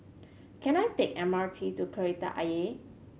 can I take M R T to Kreta Ayer